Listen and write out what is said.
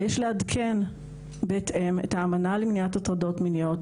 יש לעדכן בהתאם את האמנה למניעת הטרדות מיניות,